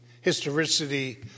historicity